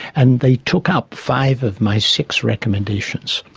and they took up five of my six recommendations.